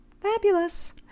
Fabulous